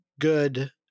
good